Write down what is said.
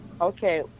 okay